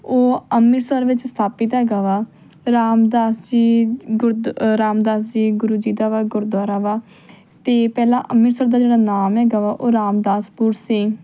ਉਹ ਅੰਮ੍ਰਿਤਸਰ ਵਿੱਚ ਸਥਾਪਿਤ ਹੈਗਾ ਵਾ ਰਾਮਦਾਸ ਜੀ ਗੁਰ ਰਾਮਦਾਸ ਜੀ ਗੁਰੂ ਜੀ ਦਾ ਵਾ ਗੁਰਦੁਆਰਾ ਵਾ ਅਤੇ ਪਹਿਲਾਂ ਅੰਮ੍ਰਿਤਸਰ ਦਾ ਜਿਹੜਾ ਨਾਮ ਹੈਗਾ ਵਾ ਉਹ ਰਾਮਦਾਸਪੁਰ ਸੀ